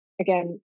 again